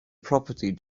property